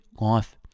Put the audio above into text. life